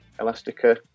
elastica